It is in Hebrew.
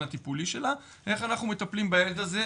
הטיפולי שלה - איך אנחנו מטפלים בילד הזה,